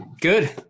Good